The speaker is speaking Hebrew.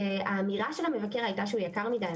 האמירה של מבקר המדינה הייתה שהוא יקר מידי,